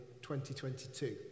2022